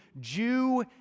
Jew